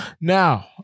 Now